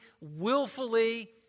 willfully